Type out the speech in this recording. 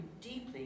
deeply